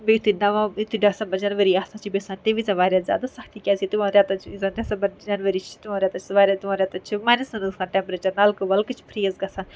بیٚیہِ یُتھے نوم ڈیسمبر جَنوری آسان چھُ بیٚیہِ چھِ آسان تَمہِِ وزن وار زیادٕ سخ تکیٛازِ تُمن ریتَن زن ڈیسمبَر جَنؤری چھِ تِمن ریتن چھُ واریاہ تِمن ریتن چھِ مینس گژھان ٹیمپریچر نلکہٕ وَلکہٕ چھِ فریٖز گژھان